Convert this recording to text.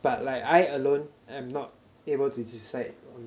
but like I alone am not able to decide